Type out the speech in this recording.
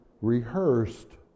rehearsed